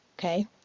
okay